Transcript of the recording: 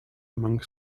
among